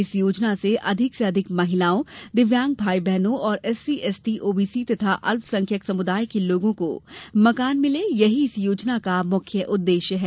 इस योजना में अधिक से अधिक महिलाओं दिव्यांग भाई बहनो और एससी एसटी ओबीसी तथा अल्पसंख्यक समुदाय के लोगों को मकान मिले यही इस योजना का मुख्य उद्देश्य है